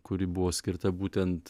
kuri buvo skirta būtent